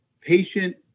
patient